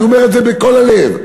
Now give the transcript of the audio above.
אני אומר את זה בכל הלב.